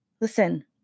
Listen